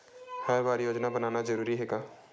हर बार योजना बनाना जरूरी है?